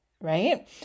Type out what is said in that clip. right